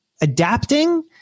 adapting